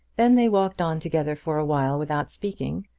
then they walked on together for a while without speaking,